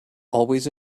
always